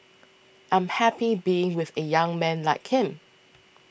I'm happy being with a young man like him